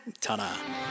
ta-da